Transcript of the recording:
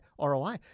ROI